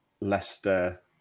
Leicester